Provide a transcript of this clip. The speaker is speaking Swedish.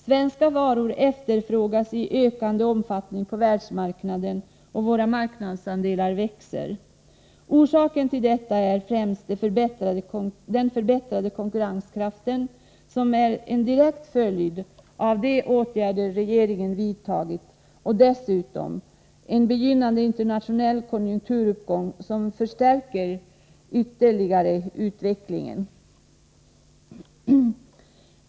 Svenska varor efterfrågas i ökande omfattning på världsmarknaden, och våra marknadsandelar växer. Orsaken till detta är främst den förbättrade konkurrenskraften, som är en direkt följd av de åtgärder som regeringen vidtagit och dessutom av en begynnande internationell konjunkturuppgång som ytterligare förstärker utvecklingen.